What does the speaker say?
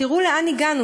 תראו לאן הגענו.